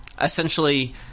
essentially